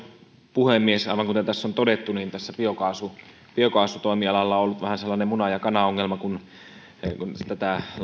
puhemies aivan kuten tässä on todettu tässä biokaasutoimialalla on ollut vähän sellainen muna ja kana ongelma kun tätä